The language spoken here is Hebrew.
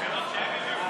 (חובת ביצוע בדיקה בכניסה לישראל)